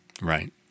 Right